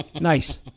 Nice